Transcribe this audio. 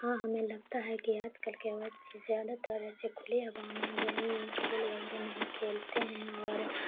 ہاں ہمیں لگتا ہے کہ آج کل کے بچے زیادہ تر ایسے کھلی ہواؤں میں گیم کھیل وغیرہ نہیں کھیلتے ہیں اور